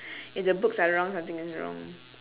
if the books are wrong something is wrong